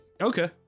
Okay